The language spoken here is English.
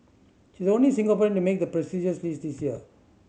she is the only Singaporean to make the prestigious list this year